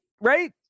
right